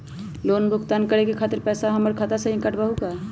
Loan भुगतान करे के खातिर पैसा हमर खाता में से ही काटबहु का?